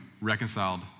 reconciled